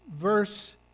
verse